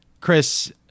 Chris